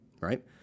right